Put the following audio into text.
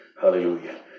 Hallelujah